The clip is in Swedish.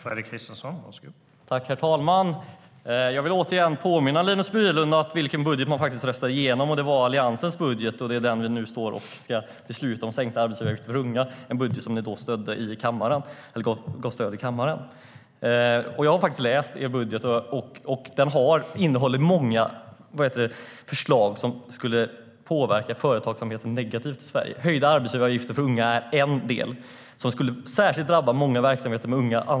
Herr talman! Jag vill återigen påminna Linus Bylund om vilken budget man röstade igenom. Det var Alliansens budget, och det är med den som grund som vi ska besluta om sänkta arbetsgivaravgifter för unga - en budget som ni stödde i kammaren. Jag har faktiskt läst er budget. Den innehåller många förslag som skulle påverka företagsamheten negativt i Sverige. Höjda arbetsgivaravgifter för unga är en del som särskilt skulle drabba många verksamheter med unga anställda.